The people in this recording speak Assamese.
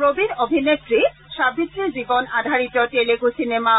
প্ৰবীণ অভিনেত্ৰী সাবিত্ৰীৰ জীৱন আধাৰিত তেলুগু চিনেমা